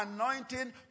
anointing